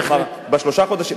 בהחלט.